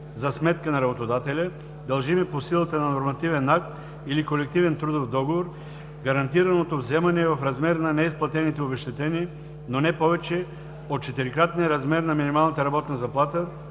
за сметка на работодателя, дължими по силата на нормативен акт или колективен трудов договор, гарантираното вземане е в размер на неизплатените обезщетения, но не повече от четирикратния размер на минималната работна заплата,